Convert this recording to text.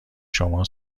شما